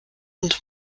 und